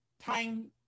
time